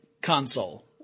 console